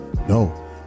No